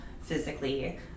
physically